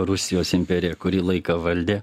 rusijos imperija kurį laiką valdė